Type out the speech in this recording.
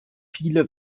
viele